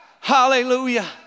Hallelujah